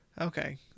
Okay